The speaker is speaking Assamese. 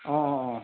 অঁ অঁ অঁ